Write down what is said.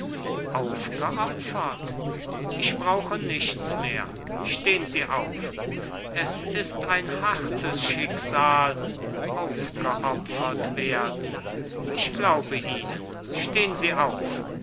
aufgeopfert ich brauche nichts mehr stehn sie auf es ist ein hartes schicksal aufgeopfert werden ich glaube ihnen stehn sie auf